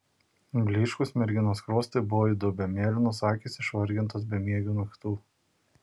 blyškūs merginos skruostai buvo įdubę mėlynos akys išvargintos bemiegių naktų